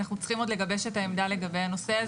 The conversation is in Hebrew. אנחנו צריכים עוד לגבש עמדה לגבי הנושא הזה.